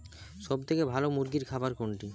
সবথেকে ভালো মুরগির খাবার কোনটি?